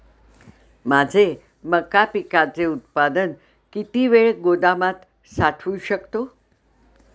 माझे मका पिकाचे उत्पादन किती वेळ गोदामात साठवू शकतो?